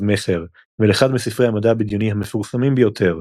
מכר ולאחד מספרי המדע הבדיוני המפורסמים ביותר.